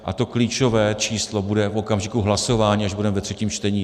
A to klíčové číslo bude v okamžiku hlasování, až budeme ve třetím čtení.